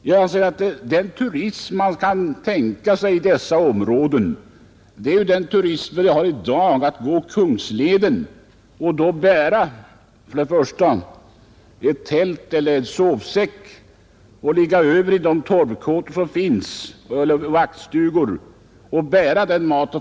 Jag anser att den turism man kan tänka sig i dessa områden är den turism som vi har i dag, dvs. att gå Kungsleden och bära tält, sovsäck, mat och förnödenheter och ligga över i de torvkåtor eller de vaktstugor som finns.